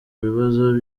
ibibazo